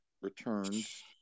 returns